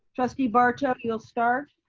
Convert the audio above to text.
trustee barto, you'll start.